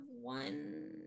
one